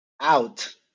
out